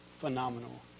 phenomenal